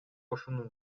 ошонун